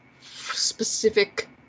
specific